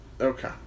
Okay